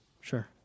Sure